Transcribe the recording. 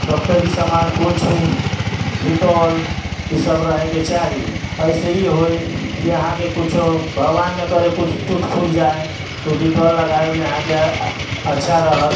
डॉक्टरी समान किछु डिटोल ई सब रहयके चाही एहिसँ ई होय कि अहाँकेँ किछु भगवान नहि करय किछु टूट फूट जाय तऽ डिटोल लगाबैमे अहाँकेँ अच्छा रहत